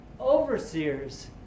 overseers